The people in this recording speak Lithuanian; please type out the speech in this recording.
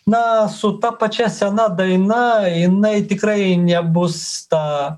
na su ta pačia sena daina jinai tikrai nebus ta